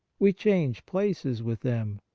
we change places with them.